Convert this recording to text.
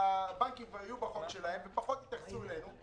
כשהבנקים כבר יפעלו על פי החוק שלהם ופחות יתייחסו אלינו.